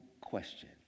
question